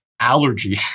allergy